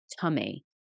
tummy